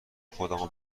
خودمو